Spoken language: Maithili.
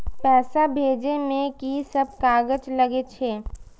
पैसा भेजे में की सब कागज लगे छै?